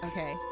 Okay